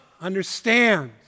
understand